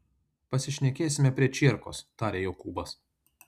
pasišnekėsime prie čierkos tarė jokūbas